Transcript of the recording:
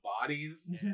bodies